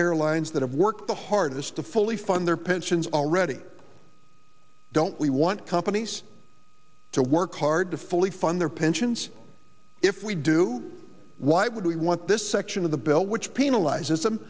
airlines that have worked the hardest to fully fund their pensions already don't we want companies to work hard to fully fund their pensions if we do why would we want this section of the bill which penalizes them